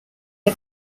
are